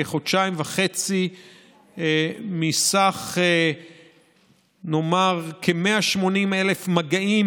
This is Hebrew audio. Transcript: כחודשיים וחצי מסך נאמר כ-180,000 המגעים